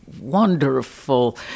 wonderful